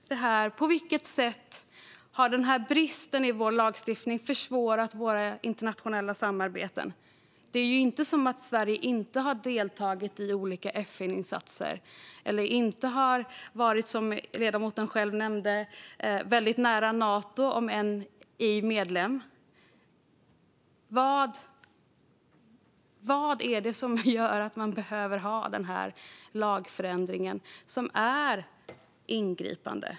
På vilket sätt har bristen i vår lagstiftning försvårat våra internationella samarbeten? Det är inte som att Sverige inte har deltagit i olika FN-insatser, eller inte har - som ledamoten själv nämnde - varit nära Nato, om än ej medlem. Vad är det som gör att man behöver denna ingripande lagändring?